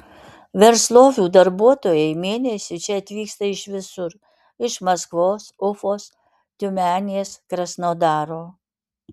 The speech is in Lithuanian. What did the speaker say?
verslovių darbuotojai mėnesiui čia atvyksta iš visur iš maskvos ufos tiumenės krasnodaro